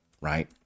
right